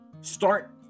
start